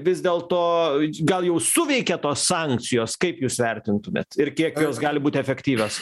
vis dėlto gal jau suveikė tos sankcijos kaip jūs vertintumėt ir kiek jos gali būt efektyvios